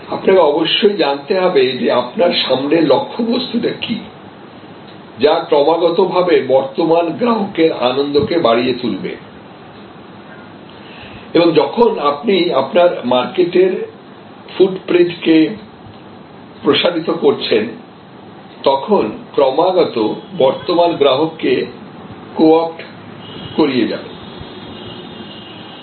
আপনাকে অবশ্যই জানতে হবে যে আপনার সামনে লক্ষ্যবস্তু টা কি যা ক্রমাগতভাবে বর্তমান গ্রাহকের আনন্দকে বাড়িয়ে তুলবে এবং যখন আপনি আপনার মার্কেটের ফুটপৃন্ট কে প্রসারিত করছেন তখন ক্রমাগত বর্তমান গ্রাহককে কো অপ্ট করিয়ে যাবে